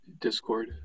discord